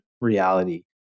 reality